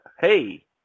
hey